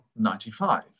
95